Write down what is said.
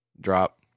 drop